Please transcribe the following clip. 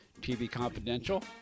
tvconfidential